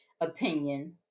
opinion